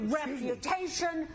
reputation